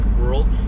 world